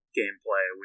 gameplay